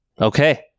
Okay